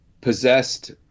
possessed